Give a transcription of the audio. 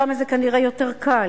שם זה כנראה יותר קל,